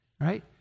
right